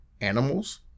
animals